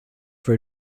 for